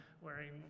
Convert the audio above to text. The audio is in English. wearing